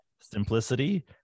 Simplicity